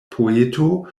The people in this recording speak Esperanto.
poeto